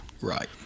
Right